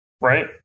Right